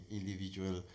individual